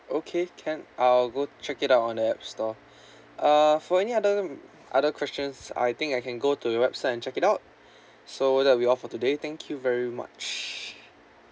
okay can I'll go check it out on the app store uh for any other~ other questions I think I can go to the website and check it out so that'll be all for today thank you very much